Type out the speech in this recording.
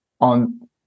on